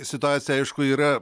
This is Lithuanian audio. situacija aišku yra